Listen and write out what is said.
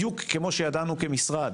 בדיוק כפי שידענו כמשרד